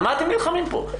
על מה אתם נלחמים פה?